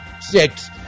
six